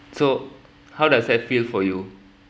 so how does that feel for you